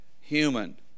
human